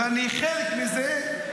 ואני חלק מזה,